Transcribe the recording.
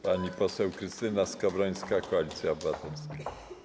Pani poseł Krystyna Skowrońska, Koalicja Obywatelska.